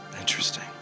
Interesting